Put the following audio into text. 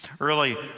Early